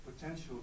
potential